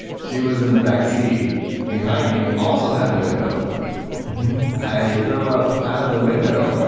she was in the back seat behind me, also had the window open i throw up out of the window yeah